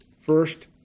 first